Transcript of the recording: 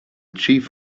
chief